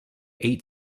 eight